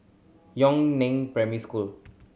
Yun Neng Primary School